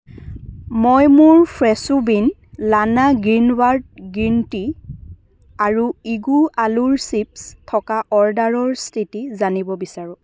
মই মোৰ Fresho bean লানা গ্ৰীণবাৰ্ড গ্ৰীণ টি আৰু ইগো আলুৰ চিপ্ছ থকা অৰ্ডাৰৰ স্থিতি জানিব বিচাৰোঁ